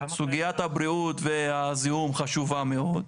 סוגית הבריאות והזיהום חשובה מאוד.